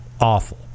awful